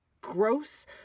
gross